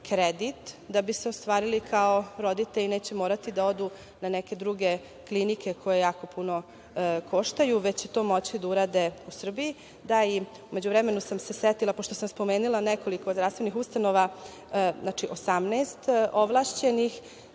kredit da bi se ostvarili kao roditelji, neće morati da odu na neke druge klinike koje jako puno koštaju, već će to moći da urade u Srbiji.U međuvremenu sam se setila, pošto sam spomenula nekoliko zdravstvenih ustanova, znači 18 ovlašćenih,